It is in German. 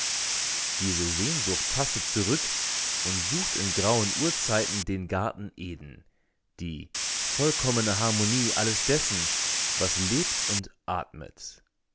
diese sehnsucht tastet zurück und sucht in grauen urzeiten den garten eden die vollkommene harmonie alles dessen was lebt und atmet